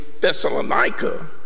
Thessalonica